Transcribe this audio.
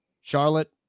Charlotte